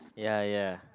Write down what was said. ya ya